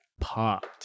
popped